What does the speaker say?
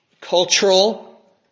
cultural